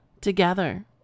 Together